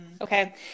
Okay